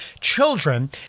children